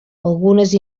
algunes